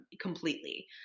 completely